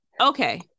okay